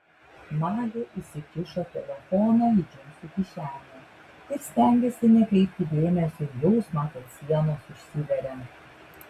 magė įsikišo telefoną į džinsų kišenę ir stengėsi nekreipti dėmesio į jausmą kad sienos užsiveria